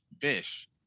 fish